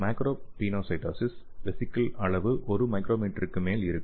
macro பினோசைட்டோசிஸில் வெசிகலின் அளவு ஒரு மைக்ரோமீட்டருக்கு மேல் இருக்கும்